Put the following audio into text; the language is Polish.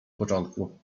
początku